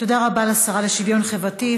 תודה רבה לשרה לשוויון חברתי,